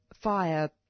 fire